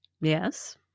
Yes